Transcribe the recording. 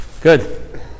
Good